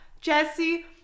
Jesse